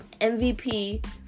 MVP